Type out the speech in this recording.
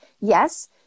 yes